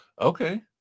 Okay